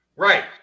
Right